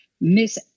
Miss